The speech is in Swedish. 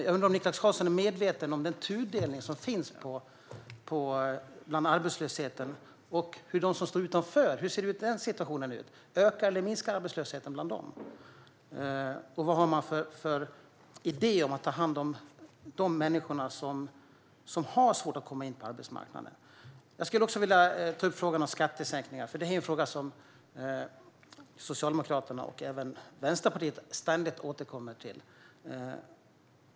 Jag undrar om Niklas Karlsson är medveten om den tudelning som finns bland de arbetslösa. Hur ser situationen ut för dem som står utanför? Ökar eller minskar arbetslösheten bland dem? Vad har man för idé i fråga om att ta hand om de människor som har svårt att komma in på arbetsmarknaden? Jag skulle också vilja ta upp frågan om skattesänkningar, för det är en fråga som Socialdemokraterna och även Vänsterpartiet ständigt återkommer till.